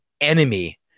enemy